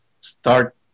start